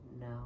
No